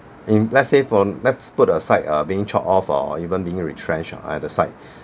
in let's say for let's put aside uh being chopped off or even being retrenched ah at the side